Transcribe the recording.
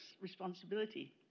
responsibility